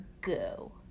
go